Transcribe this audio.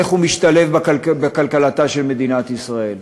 איך הוא משתלב בכלכלתה של מדינת ישראל.